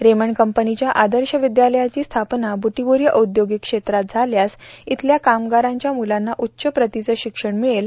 Raymond कंपनीच्या आदर्श विद्यालयाची स्थापना ब्रुटीबोरी औद्योगिक क्षेत्रात झाल्यास इथल्या कामगारांच्या मुलांना उच्च प्रतीचं शिक्षण मिळेल